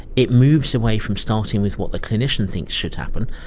it moves away from starting with what the clinician thinks should happen,